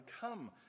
come